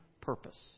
purpose